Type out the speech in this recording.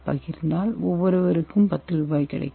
பகிர்ந்தால் ஒவ்வொருவருக்கும் 10 ரூபாய் கிடைக்கும்